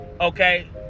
Okay